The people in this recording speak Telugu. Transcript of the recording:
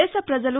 దేశ ప్రజలు